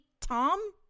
Tom